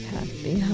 Happy